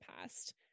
past